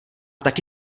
taky